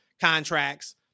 contracts